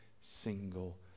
single